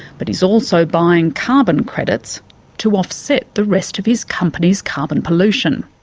but he's also buying carbon credits to offset the rest of his company's carbon pollution.